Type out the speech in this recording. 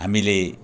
हामीले